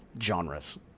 genres